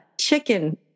chicken